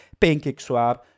PancakeSwap